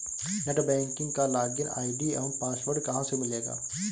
Net banking का login ID एवं password कहाँ से मिलेगा?